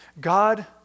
God